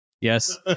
yes